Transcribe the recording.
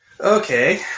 Okay